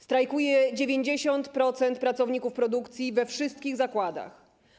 Strajkuje 90% pracowników produkcji we wszystkich zakładach.